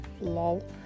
lol